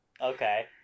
Okay